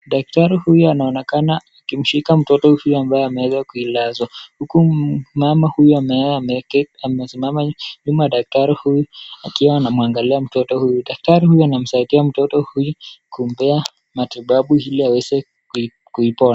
Daktari huyu anaonekana akimshika mtoto huyu ambaye ameweza kuilazwa huku mama huyu ambaye ameketi nyuma ya daktari huyu akiwa anamwangalia mtoto huyu. Daktari anamsaidia mtoto huyu kumpea matibabu ili aweze kuipona.